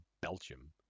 Belgium